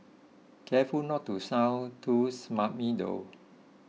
careful not to sound too smarmy though